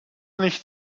nicht